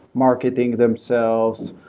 marketing themselves,